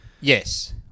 Yes